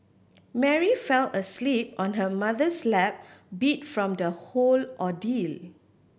Mary fell asleep on her mother's lap beat from the whole ordeal